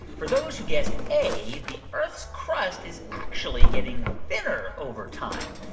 for those who guessed a, the earth's crust is actually getting thinner over time.